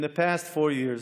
תרגומם: